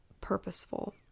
purposeful